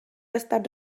estat